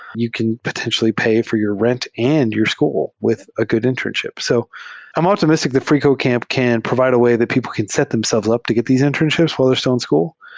you can potentially pay for your rent and your school with a good internship. so i'm optimistic that freecodecamp can provide a way that people can set themselves up to get these internships while they're still in school.